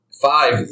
Five